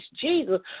Jesus